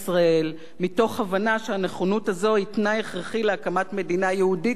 מתוך הבנה שהנכונות הזאת היא תנאי הכרחי להקמת מדינה יהודית בארץ-ישראל.